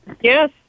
Yes